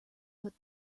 put